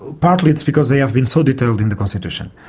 partly it's because they have been so detailed in the constitution.